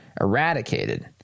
eradicated